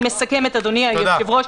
אדוני היושב-ראש,